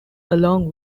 along